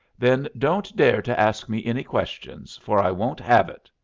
then don't dare to ask me any questions, for i won't have it.